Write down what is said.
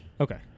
Okay